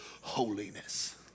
holiness